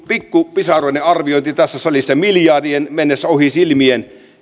pikkupisaroiden arviointi tässä salissa miljardien mennessä ohi silmien